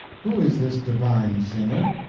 who is this divine singer?